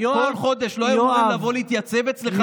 כל חודש לא היו אמורים לבוא להתייצב אצלך